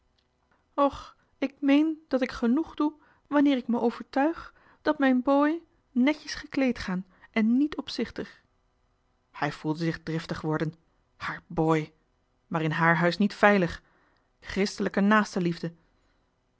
och ik meen dat ik genoeg doe wanneer ik me overtuig dat mijn bojen netjes gekleed gaan en niet opzichtig hij voelde zich driftig worden haar bhauj maar in haar huis niet veilig christelijke naastenliefde